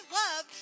love